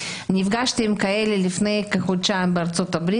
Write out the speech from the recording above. נפגשתי עם כאלה לפני כחודשיים בארה"ב,